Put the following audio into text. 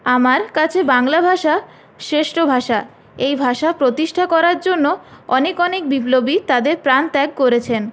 আমার কাছে বাংলা ভাষা শ্রেষ্ঠ ভাষা এই ভাষা প্রতিষ্ঠা করার জন্য অনেক অনেক বিপ্লবী তাদের প্রাণ ত্যাগ করেছেন